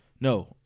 No